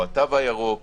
או התו הירוק